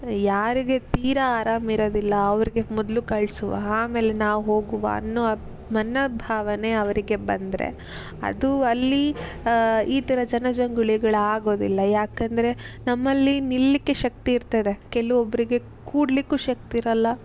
ಯಾರಿಗೆ ತೀರಾ ಆರಾಮ ಇರೋದಿಲ್ಲ ಅವರಿಗೆ ಮೊದಲು ಕಳಿಸುವ ಆಮೇಲೆ ನಾವು ಹೋಗುವ ಅನ್ನೋ ಮನೋಭಾವನೆ ಅವರಿಗೆ ಬಂದರೆ ಅದು ಅಲ್ಲಿ ಈ ಥರ ಜನಜಂಗುಳಿಗಳಾಗೋದಿಲ್ಲ ಯಾಕೆಂದ್ರೆ ನಮ್ಮಲ್ಲಿ ನಿಲ್ಲಿಕ್ಕೆ ಶಕ್ತಿ ಇರ್ತದೆ ಕೆಲವೊಬ್ರಿಗೆ ಕೂಡಲಿಕ್ಕು ಶಕ್ತಿ ಇರೊಲ್ಲ